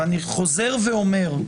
ואני חוזר ואומר,